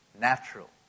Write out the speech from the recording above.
natural